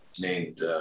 named